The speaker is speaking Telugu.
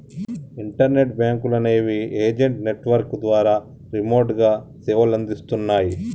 ఇంటర్నెట్ బ్యేంకులనేవి ఏజెంట్ నెట్వర్క్ ద్వారా రిమోట్గా సేవలనందిస్తన్నయ్